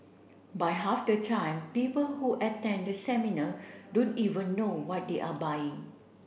but half the time people who attend the seminar don't even know what they are buying